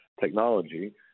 technology